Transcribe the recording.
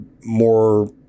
more